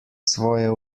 svoje